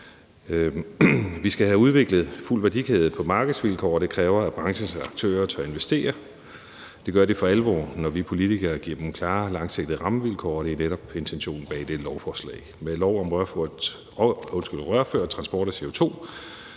Vi skal have udviklet en fuld værdikæde på markedsvilkår, og det kræver, at branchens aktører tør investere. Det gør de for alvor, når vi politikere giver dem klare, langsigtede rammevilkår, og det er netop intentionen bag dette lovforslag. Med lov om rørført transport af CO2